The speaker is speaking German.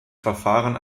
verfahren